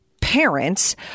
parents